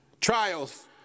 trials